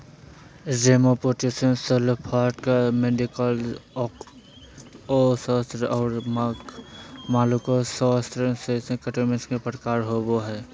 remipedes, cephalocarids, maxillopods, ostracods, और malacostracans, crustaceans के प्रकार होव हइ